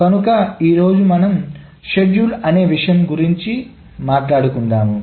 కనుక ఈ రోజు మనం షెడ్యూల్ అనే విషయం గురించి మాట్లాడుకుందాము